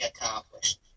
accomplished